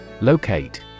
Locate